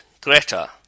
Greta